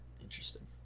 Interesting